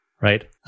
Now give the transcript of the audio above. right